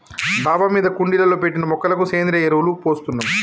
డాబా మీద కుండీలలో పెట్టిన మొక్కలకు సేంద్రియ ఎరువులు పోస్తున్నాం